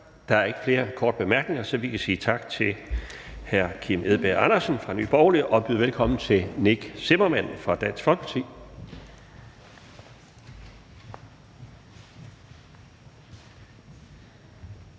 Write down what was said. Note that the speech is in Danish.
Der er ikke flere korte bemærkninger, så vi kan sige tak til hr. Kim Edberg Andersen fra Nye Borgerlige og byde velkommen til hr. Nick Zimmermann fra Dansk Folkeparti. Kl.